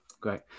great